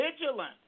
vigilant